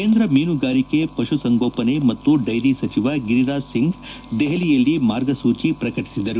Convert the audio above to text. ಕೇಂದ್ರ ಮೀನುಗಾರಿಕೆ ಪಶುಸಂಗೋಪನೆ ಮತ್ತು ಡ್ಲೆರಿ ಸಚಿವ ಗಿರಿರಾಜ್ ಸಿಂಗ್ ದೆಹಲಿಯಲ್ಲಿ ಮಾರ್ಗಸೂಚಿ ಪ್ರಕಟಿಸಿದರು